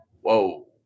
whoa